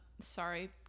Sorry